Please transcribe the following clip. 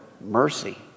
mercy